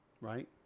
right